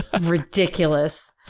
ridiculous